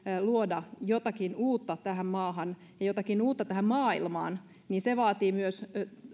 luoda jotakin uutta tähän maahan ja jotakin uutta tähän maailmaan se vaatii investointeja myös